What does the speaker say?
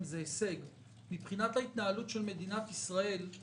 אבל מבחינת ההתנהלות של מדינת ישראל,